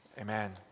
amen